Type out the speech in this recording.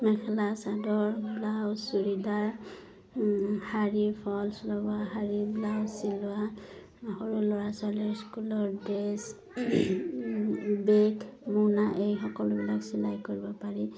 মেখেলা chador blouse churidar শাৰীৰ falls লগোৱা শৰীৰ ব্লাউজ চিলোৱা সৰু ল'ৰা ছোৱালীৰ স্কুলৰ ড্ৰেছ বেগ মোনা এই সকলোবিলাক চিলাই কৰিব পাৰি